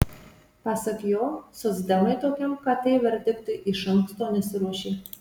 pasak jo socdemai tokiam kt verdiktui iš anksto nesiruošė